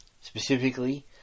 Specifically